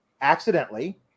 accidentally